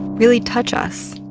really touch us,